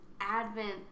Advent